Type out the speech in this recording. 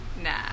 Nah